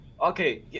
Okay